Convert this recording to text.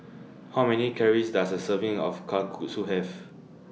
How Many Calories Does A Serving of Kalguksu Have